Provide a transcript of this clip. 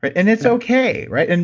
but and it's okay, right? and